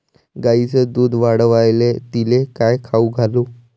गायीचं दुध वाढवायले तिले काय खाऊ घालू?